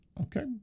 Okay